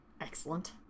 Excellent